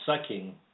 sucking